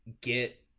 get